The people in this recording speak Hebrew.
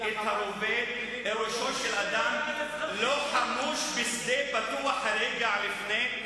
ה"חמאס" "את הרובה אל ראשו של אדם לא חמוש בשדה פתוח רגע לפני?"